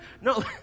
no